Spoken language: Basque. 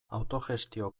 autogestio